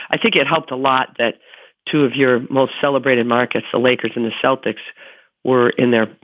i think it helped a lot that two of your most celebrated markets, the lakers and the celtics were in there,